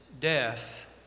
death